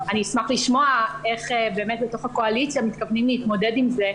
ואני אשמח לשמוע איך בתוך הקואליציה מתכוונים להתמודד עם זה,